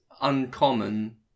uncommon